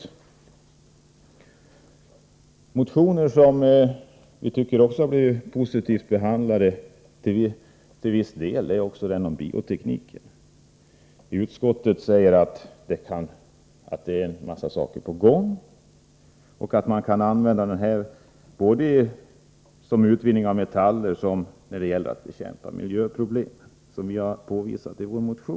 En motion som vi också tycker till viss del har blivit positivt behandlad är den som gäller biotekniken. Utskottet säger att här pågår arbete och att man kan använda denna teknik både vid utvinning av metaller och när det gäller att bekämpa miljöproblem, vilket vi har påvisat i vår motion.